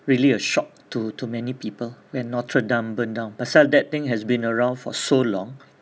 really a shock to to many people when notre dame burned down pasal that thing has been around for so long